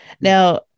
Now